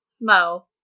Mo